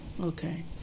Okay